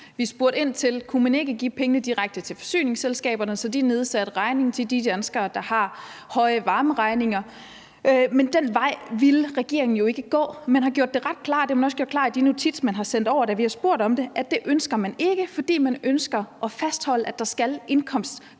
Vi spurgte ind til, om ikke man kunne give pengene direkte til forsyningsselskaberne, så de nedsatte regningen til de danskere, der har høje varmeregninger, men den vej ville regeringen ikke gå. Man har gjort det ret klart, og man har også gjort det klart i den notits, man har sendt over, da vi spurgte om det, at det ønsker man ikke, for man ønsker at fastholde, at der skal indkomstgradueres.